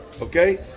Okay